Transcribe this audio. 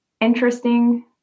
Interesting